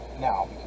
now